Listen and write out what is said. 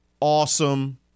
awesome